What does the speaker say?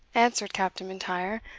answered captain m'intyre.